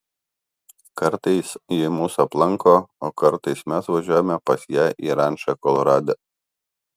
kartais ji mus aplanko o kartais mes važiuojame pas ją į rančą kolorade